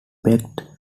begged